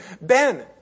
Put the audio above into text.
Ben